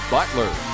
Butler